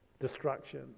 destruction